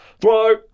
throw